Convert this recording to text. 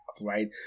right